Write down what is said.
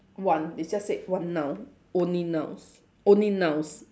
one they just said one noun only nouns only nouns